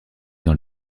dans